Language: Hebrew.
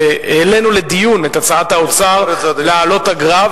והעלינו לדיון את הצעת האוצר להעלות את האגרה,